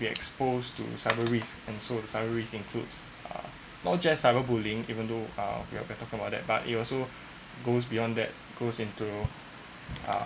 be exposed to cyber risk and so the cyber risk includes uh not just cyber-bullying even though uh we're have been talking about that but it also goes beyond that goes into uh